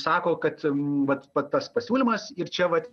sako kad vat tas pasiūlymas ir čia vat